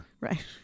Right